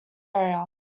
area